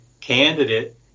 candidate